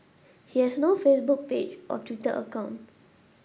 he has no Facebook page or Twitter account